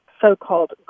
so-called